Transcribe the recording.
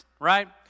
right